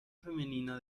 femenina